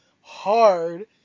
hard